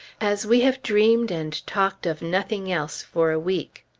as we have dreamed and talked of nothing else for a week.